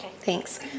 Thanks